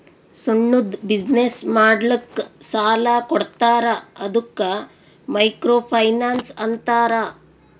ಸಣ್ಣುದ್ ಬಿಸಿನ್ನೆಸ್ ಮಾಡ್ಲಕ್ ಸಾಲಾ ಕೊಡ್ತಾರ ಅದ್ದುಕ ಮೈಕ್ರೋ ಫೈನಾನ್ಸ್ ಅಂತಾರ